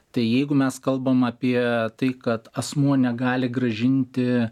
tai jeigu mes kalbam apie tai kad asmuo negali grąžinti